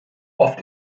oft